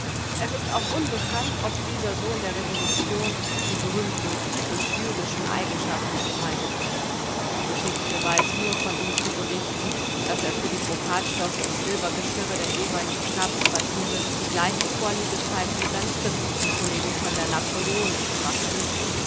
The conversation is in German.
es ist auch unbekannt ob dieser sohn der revolution die berühmten typisch jüdischen eigenschaften entfaltet hat die geschichte weiß nur von ihm zu berichten daß er für die brokatstoffe und silbergeschirre der jeweiligen stabsquartiere die gleiche vorliebe zeigte wie seine christlichen kollegen von der napoleonischen